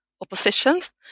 oppositions